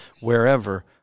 wherever